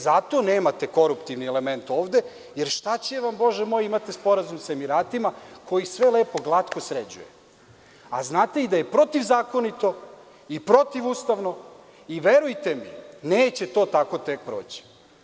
Zato nemate koruptivni element ovde, jer šta će vam, imate sporazum sa Emiratima koji sve lepo i glatko sređuje, a znate i da je protivzakonito i protivustavno i verujte mi, neće to tako tek proći.